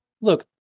Look